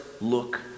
look